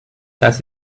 does